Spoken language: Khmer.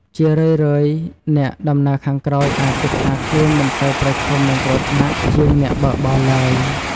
ជារឿយៗ អ្នកដំណើរខាងក្រោយអាចគិតថាខ្លួនមិនសូវប្រឈមនឹងគ្រោះថ្នាក់ជាងអ្នកបើកបរឡើយ។